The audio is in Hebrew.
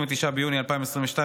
29 ביוני 2022,